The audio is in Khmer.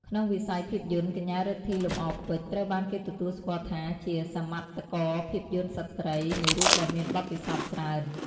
ក្នុងវិស័យភាពយន្ត កញ្ញា រិទ្ធី លំអរពេជ្រ ត្រូវបានគេទទួលស្គាល់ថាជា សមិទ្ធករភាពយន្តស្រ្តី មួយរូបដែលមានបទពិសោធន៍ច្រើន។